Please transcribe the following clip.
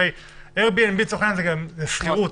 הרי אייר BNB זה גם שכירות.